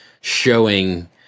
showing